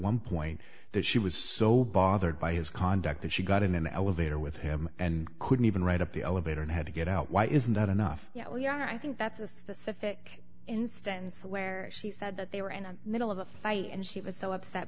one point that she was so bothered by his conduct that she got in an elevator with him and couldn't even write up the elevator and had to get out why isn't that enough you know where you are i think that's a specific instance where she said that they were in a middle of a fight and she was so upset